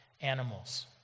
animals